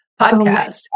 podcast